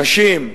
אנשים,